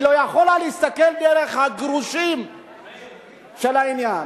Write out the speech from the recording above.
היא לא יכולה להסתכל דרך הגרושים של העניין.